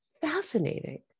fascinating